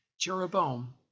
Jeroboam